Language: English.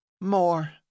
More